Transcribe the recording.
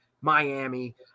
Miami